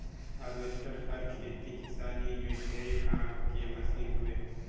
harvester हर खेती किसानी में ढेरे काम के मसीन हवे